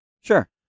Sure